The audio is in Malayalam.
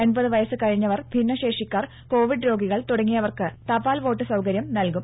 എൺപത് വയസ്സ് കഴിഞ്ഞവർ ഭിന്നശേഷിക്കാർ കോവിഡ് രോഗികൾ തുടങ്ങിയവർക്ക് തപാൽ വോട്ട് സൌകര്യം നൽകും